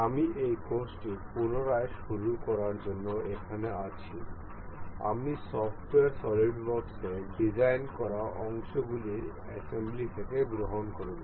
আমি এই কোর্সটি পুনরায় শুরু করার জন্য এখানে আছি আমি সফ্টওয়্যার সলিডওয়ার্কস এ ডিজাইন করা অংশগুলির অ্যাসেম্বলি থেকে গ্রহণ করব